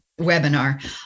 webinar